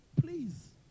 Please